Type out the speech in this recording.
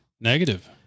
Negative